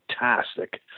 fantastic